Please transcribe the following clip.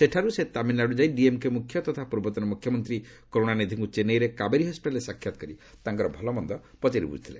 ସେଠାରୁ ସେ ତାମିଲ୍ନାଡୁ ଯାଇ ଡିଏମ୍କେ ମୁଖ୍ୟ ତଥା ପୂର୍ବତନ ମୁଖ୍ୟମନ୍ତ୍ରୀ କରୁଣାନିଧିଙ୍କୁ ଚେନ୍ନାଇର କାବେରୀ ହସ୍କିଟାଲ୍ରେ ସାକ୍ଷାତ୍ କରି ଭଲମନ୍ଦ ପଚାରି ବୁଝିଥିଲେ